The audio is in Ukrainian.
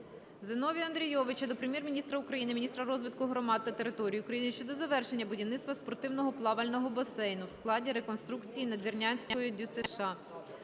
Зіновія Андрійовича до Прем'єр-міністра України, міністра розвитку громад та територій України щодо завершення будівництва спортивного плавального басейну (в складі реконструкції Надвірнянської ДЮСШ)